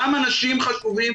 גם אנשים חשובים.